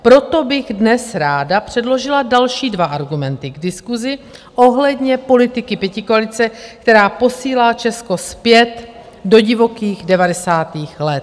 Proto bych dnes ráda předložila další dva argumenty k diskusi ohledně politiky pětikoalice, která posílá Česko zpět do divokých devadesátých let.